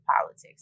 politics